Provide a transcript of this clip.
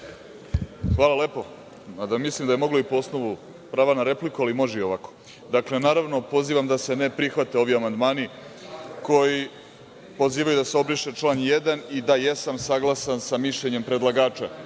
Hvala lepo. Mada mislim da je moglo i po osnovu prava na repliku, ali može i ovako. Dakle, naravno, pozivam da se ne prihvate ovi amandmani koji pozivaju da se obriše član 1. i da jesam saglasan sa mišljenjem predlagača